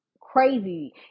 crazy